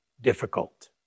difficult